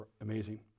Amazing